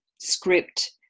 script